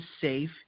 safe